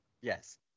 Yes